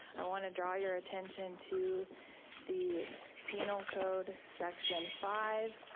i want to draw your attention to the penal code, section five,